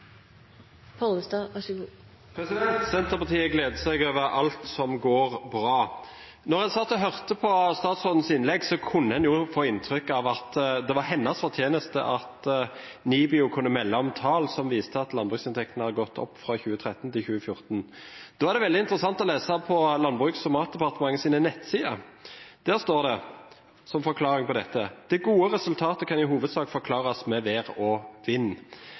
Senterpartiet gleder seg over alt som går bra. Da en satt og hørte på statsrådens innlegg, kunne en få inntrykk av at det var hennes fortjeneste at NIBIO kunne melde om tall som viste at landbruksinntektene har gått opp fra 2013 til 2014. Da er det veldig interessant å lese på Landbruks- og matdepartementets nettsider. Der står det som forklaring på dette: «Det gode resultatet kan i hovudsak forklarast med vêr og vind.»